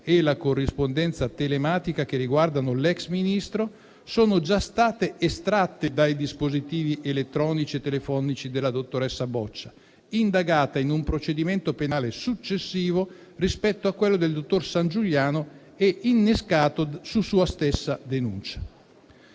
e la corrispondenza telematica che riguardano l'ex Ministro sono già state estratte dai dispositivi elettronici e telefonici della dottoressa Boccia, indagata in un procedimento penale successivo rispetto a quello del dottor Sangiuliano e innescato su sua stessa denuncia.